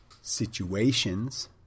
situations